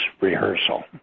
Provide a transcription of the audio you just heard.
rehearsal